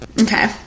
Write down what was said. Okay